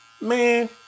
Man